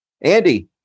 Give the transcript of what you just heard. Andy